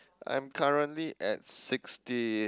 I'm currently at sixty